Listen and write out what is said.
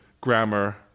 grammar